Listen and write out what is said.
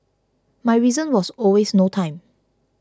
my reason was always no time